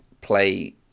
play